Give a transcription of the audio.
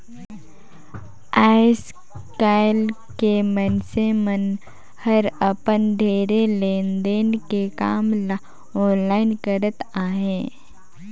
आएस काएल के मइनसे मन हर अपन ढेरे लेन देन के काम ल आनलाईन करत अहें